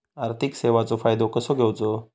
आर्थिक सेवाचो फायदो कसो घेवचो?